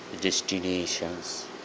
destinations